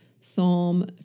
Psalm